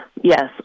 Yes